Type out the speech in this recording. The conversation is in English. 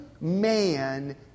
man